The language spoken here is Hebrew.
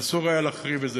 ואסור היה להחריב את זה.